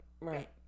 Right